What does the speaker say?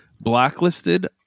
blacklisted